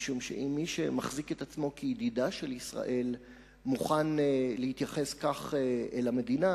משום שאם מי שמחזיק את עצמו כידידה של ישראל מוכן להתייחס כך אל המדינה,